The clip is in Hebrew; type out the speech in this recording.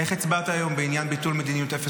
איך הצבעת היום בעניין ביטול מדיניות אפס